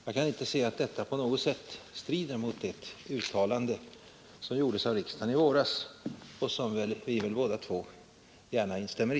Jag kan inte se att detta på något sätt strider mot det uttalande som gjordes av riksdagen i våras och som väl både herr Svensson och jag gärna instämmer i.